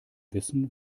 wissen